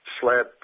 slab